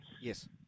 yes